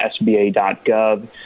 SBA.gov